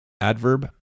adverb